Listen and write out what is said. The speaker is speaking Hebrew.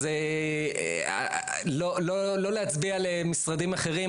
אז לא להצביע למשרדים אחרים,